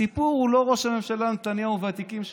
הסיפור הוא לא ראש הממשלה נתניהו והתיקים שלו,